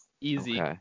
easy